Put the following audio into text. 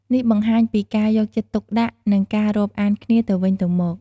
នេះបង្ហាញពីការយកចិត្តទុកដាក់ និងការរាប់អានគ្នាទៅវិញទៅមក។